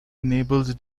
enables